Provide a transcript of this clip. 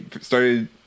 started